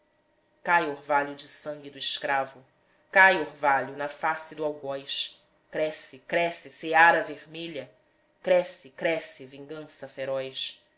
cai orvalho de sangue do escravo cai orvalho na face do algoz cresce cresce seara vermelha cresce cresce vingança feroz